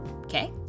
Okay